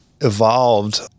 evolved